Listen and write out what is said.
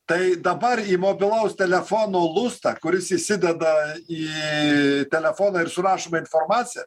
tai dabar į mobilaus telefono lustą kuris įsideda į telefoną ir surašoma informacija